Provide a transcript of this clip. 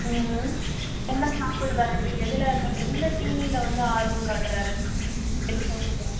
ம் ம் என்ன சாட்பிட்றாரு எதில் சரி எந்த தீனியில் வந்து ஆர்வம் காட்டுறாரு எது சாப்பிட்றாரு